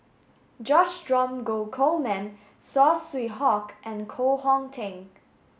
George Dromgold Coleman Saw Swee Hock and Koh Hong Teng